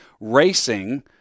racing